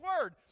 word